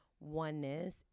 oneness